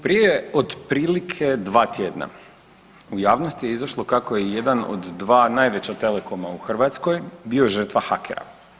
Prije otprilike 2 tjedna u javnosti je izašlo kako je jedan od 2 najveća telekoma u Hrvatskoj bio žrtva hakera.